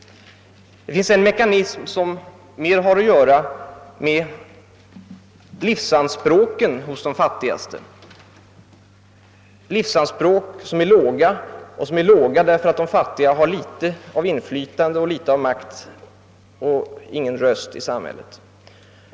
En av mekanismerna rör livsanspråken hos de fattiga, livsanspråk som är låga därför att de fattiga har föga inflytande och makt och ingen röst i samhället.